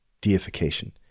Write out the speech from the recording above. deification